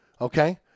okay